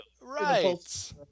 Right